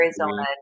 Arizona